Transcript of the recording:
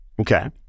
Okay